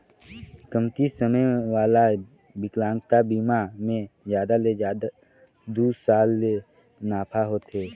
कमती समे वाला बिकलांगता बिमा मे जादा ले जादा दू साल ले नाफा होथे